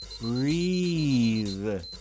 breathe